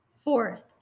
Fourth